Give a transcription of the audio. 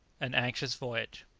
an anxious voyage.